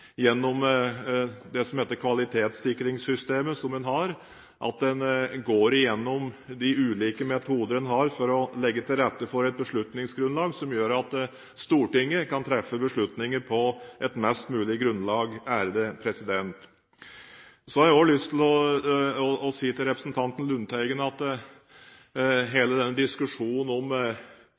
gjennom det som heter kvalitetssikringssystemet, at en går igjennom de ulike metodene en har for å legge til rette for et beslutningsgrunnlag som gjør at Stortinget kan treffe beslutninger på et best mulig grunnlag. Jeg har også lyst til å si til representanten Lundteigen når det gjelder diskusjonen om